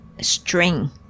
string